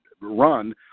run